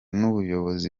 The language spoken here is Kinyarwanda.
n’ubuyobozi